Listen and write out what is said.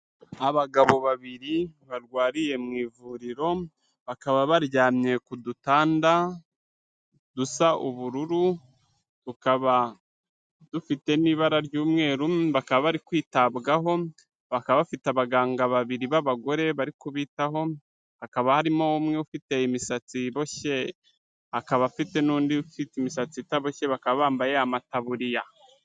Abagabo babiri barwariye mu ivuriro bakaba baryamye ku dutanda dusa ubururukaba dufite n'ibara ry'umweru bakaba bari kwitabwaho bakaba bafite abaganga babiri b'abagore bari kubitaho hakaba harimo umwe ufite imisatsi iboshye akaba afite n'undi ufite imisatsi itaboboshye bakaba bambaye amataburiya.